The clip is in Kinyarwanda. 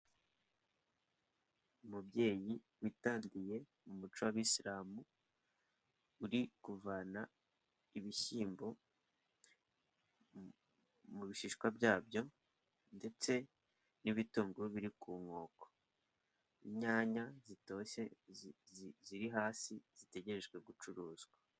Umubyeyi witandiye, mu muco w'abisilamu, uri kuvana ibishyimbo mu bishishwa byabyo, ndetse n'ibitunguru biri ku nkoko. Inyanya zitoshye ziri hasi, zitegerejwe gucuruzwa.